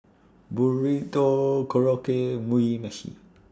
Burrito Korokke Mugi Meshi